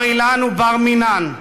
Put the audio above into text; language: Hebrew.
בר-אילן הוא בר-מינן.